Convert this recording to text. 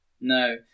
No